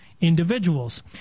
individuals